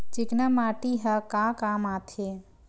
चिकना माटी ह का काम आथे?